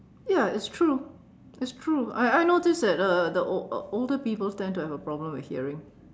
ya it's true it's true I I notice that uh the ol~ older people tend to have a problem with hearing